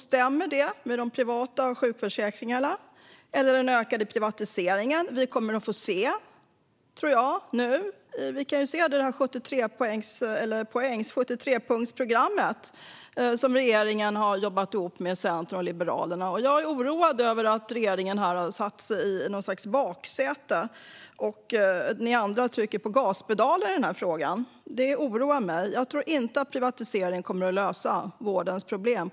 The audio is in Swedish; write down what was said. Stämmer det med de privata sjukförsäkringarna eller med den ökade privatisering som jag tror att vi kommer att få se? Det verkar så i det 73punktsprogram som regeringen har jobbat ihop med Centern och Liberalerna. Jag är oroad över att regeringen har satt sig i något slags baksäte, och ni andra trycker på gaspedalen i den här frågan. Det oroar mig, för jag tror inte att privatisering på något sätt kommer att lösa vårdens problem.